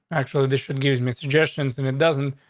actually, district gives me suggestions and it doesn't.